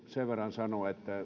sen verran sanoa että